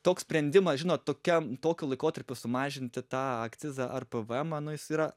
toks sprendimas žinot tokia tokiu laikotarpiu sumažinti tą akcizą ar pv emą nu jis yra